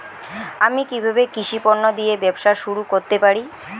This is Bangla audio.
আমি কিভাবে কৃষি পণ্য দিয়ে ব্যবসা শুরু করতে পারি?